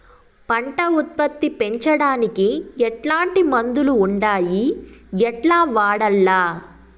పంట ఉత్పత్తి పెంచడానికి ఎట్లాంటి మందులు ఉండాయి ఎట్లా వాడల్ల?